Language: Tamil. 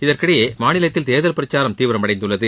இதற்கிடையே மாநிலத்தில் தேர்தல் பிரசாரம் தீவிரமடைந்துள்ளது